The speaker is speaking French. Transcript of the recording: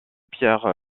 pierre